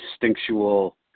instinctual